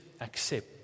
accept